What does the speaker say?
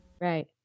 right